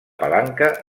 palanca